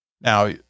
Now